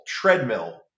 treadmill